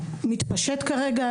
שמתפשט כרגע.